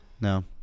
No